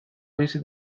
bizi